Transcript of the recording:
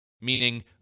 meaning